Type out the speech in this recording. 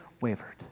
wavered